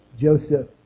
Joseph